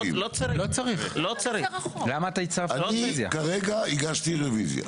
כרגע הגשתי רוויזיה.